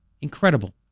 Incredible